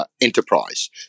enterprise